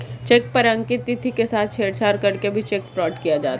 check पर अंकित तिथि के साथ छेड़छाड़ करके भी चेक फ्रॉड किया जाता है